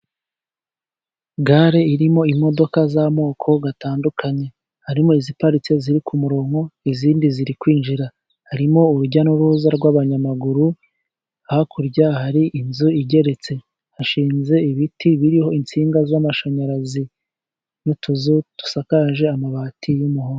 Gare irimo imodoka z’amoko atandukanye, harimo iziparitse ziri ku murongo, izindi ziri kwinjira. Harimo urujya n’uruza rw’abanyamaguru. Hakurya hari inzu igeretse, hashinze ibiti biriho insinga z’amashanyarazi n’utuzu dusakaje amabati y’umuhondo.